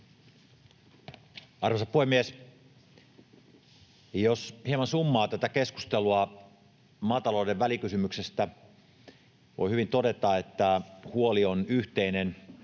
Arvoisa puhemies! Jos hieman summaa tätä keskustelua maatalouden välikysymyksestä, voi hyvin todeta, että huoli on yhteinen